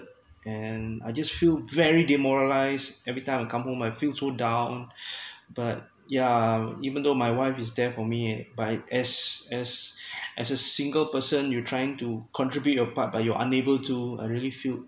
and I just feel very demoralized everytime I come home I feel so down but yeah even though my wife is there for me by as as as a single person you're trying to contribute your part but you're unable to I really feel